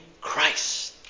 Christ